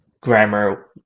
grammar